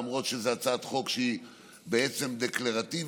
למרות שזאת הצעת חוק שהיא בעצם דקלרטיבית,